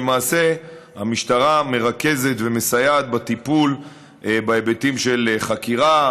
למעשה המשטרה מרכזת ומסייעת בטיפול בהיבטים של חקירה,